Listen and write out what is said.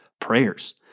prayers